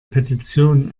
petition